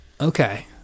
Okay